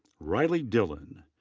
reilly dillon.